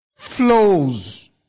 flows